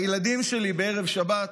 הילדים שלי בערב שבת